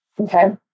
Okay